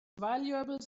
valuable